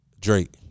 Drake